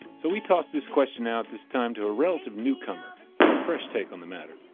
so we tossed this question out this time to a relative new comer for a fresh take on the matter.